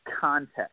context